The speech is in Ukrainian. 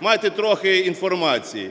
Майте трохи інформації.